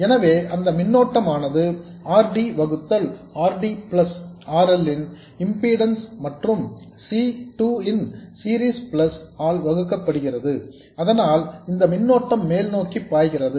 எனவே அந்த மின்னோட்டமானது R D வகுத்தல் R D plus R L ன் இம்பெடன்ஸ் மற்றும் C 2 ன் சீரீஸ் பிளஸ் ஆல் வகுக்கப்படுகிறது அதனால் இந்த மின்னோட்டம் மேல்நோக்கி பாய்கிறது